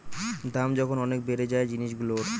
দাম যখন অনেক বেড়ে যায় জিনিসগুলোর